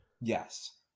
Yes